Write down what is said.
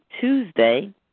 Tuesday